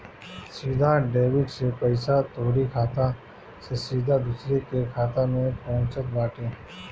सीधा डेबिट से पईसा तोहरी खाता से सीधा दूसरा के खाता में पहुँचत बाटे